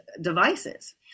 devices